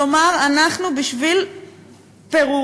כלומר, אנחנו, בשביל פירורים,